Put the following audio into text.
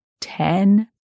ten